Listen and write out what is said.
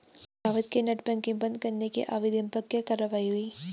जावेद के net banking बंद करने के आवेदन पर क्या कार्यवाही हुई?